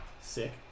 sick